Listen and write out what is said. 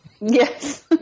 Yes